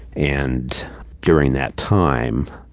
and during that time,